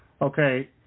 okay